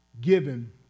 given